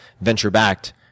venture-backed